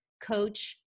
coach